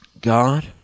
God